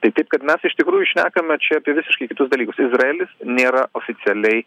tai taip kad mes iš tikrųjų šnekame čia apie visiškai kitus dalykus izraelis nėra oficialiai